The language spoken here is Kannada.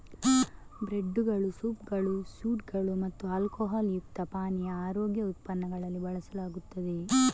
ಬ್ರೆಡ್ದುಗಳು, ಸೂಪ್ಗಳು, ಸ್ಟ್ಯೂಗಳು ಮತ್ತು ಆಲ್ಕೊಹಾಲ್ ಯುಕ್ತ ಪಾನೀಯ ಆರೋಗ್ಯ ಉತ್ಪನ್ನಗಳಲ್ಲಿ ಬಳಸಲಾಗುತ್ತದೆ